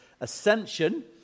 ascension